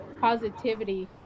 positivity